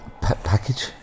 Package